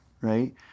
Right